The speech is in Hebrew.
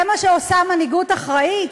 זה מה שעושה מנהיגות אחראית?